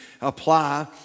apply